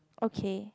okay